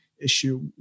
issue